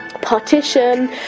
Partition